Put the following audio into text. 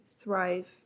thrive